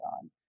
on